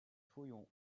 fouilles